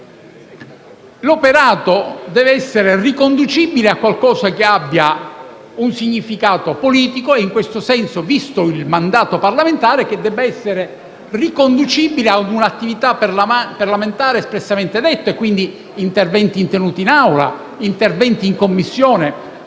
l'operato deve essere riconducibile a qualcosa che abbia un significato politico; e in questo senso, visto il mandato parlamentare, deve essere riconducibile a un'attività parlamentare espressamente esplicata: quindi interventi tenuti in Aula, in Commissione,